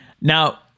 Now